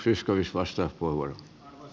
arvoisa herra puhemies